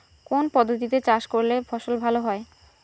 কোন পদ্ধতিতে চাষ করলে ফসল ভালো হয়?